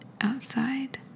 outside